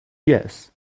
yes